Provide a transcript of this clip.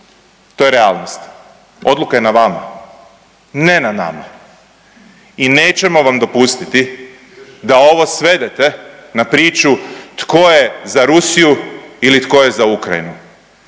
To je realnost. Odluka je ne vama, ne na nama. I nećemo vam dopustiti da ovo svedete na priču tko je za Rusiju ili tko je za Ukrajinu